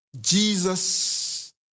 Jesus